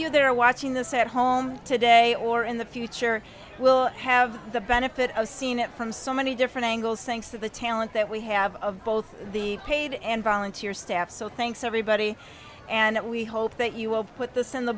you there watching the set home today or in the future will have the benefit of seeing it from so many different angles thanks to the talent that we have of both the paid and volunteer staff so thanks everybody and we hope that you will put this in the